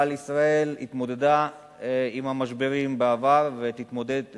אבל ישראל התמודדה עם המשברים בעבר ותתמודד הלאה.